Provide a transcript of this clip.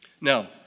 Now